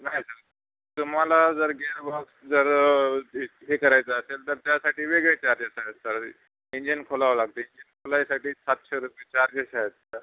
नाही सर तुम्हाला जर गिअर बॉक्स जर हे करायचं असेल तर त्यासाठी वेगळे चार्जेस आहेत सर इंजिन खोलावं लागते इंजिन खोलण्यासाठी सातशे रुपये चार्जेस आहेत सर